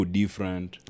different